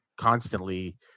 constantly